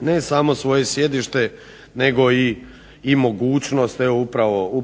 ne samo svoje sjedište nego i mogućnost upravo